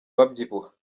babyibuha